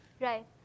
Right